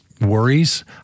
worries